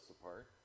apart